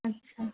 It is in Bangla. আচ্ছা